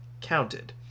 counted